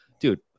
dude